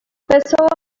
pessoa